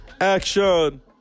Action